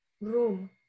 room